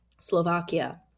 Slovakia